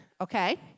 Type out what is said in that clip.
Okay